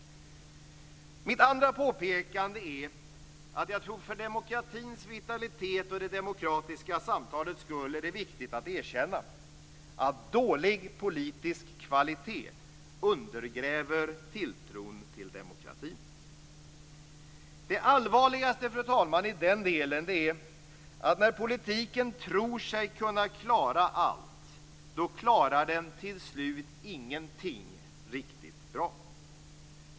Mitt andra påpekande är att jag tror att det för demokratins vitalitet och det demokratiska samtalets skull är viktigt att erkänna att dålig politisk kvalitet undergräver tilltron till demokratin. Det allvarligaste i den delen, fru talman, är att när politiken tror sig kunna klara allt klarar den till slut ingenting riktigt bra.